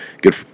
good